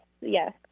yes